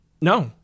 No